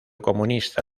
comunista